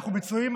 אנחנו מצויים,